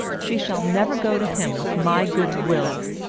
she shall never go to him with my goodwill.